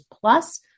plus